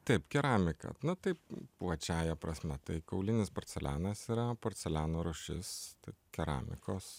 taip keramiką nu taip plačiąja prasme tai kaulinis porcelianas yra porceliano rūšis keramikos